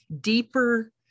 deeper